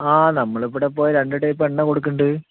ആ നമ്മളിവിടെയിപ്പോൾ രണ്ട് ടൈപ്പ് എണ്ണ കൊടുക്കുന്നുണ്ട്